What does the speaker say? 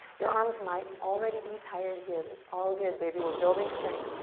your arms might already be tired here. that's all good, baby. we're building strength.